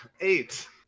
Eight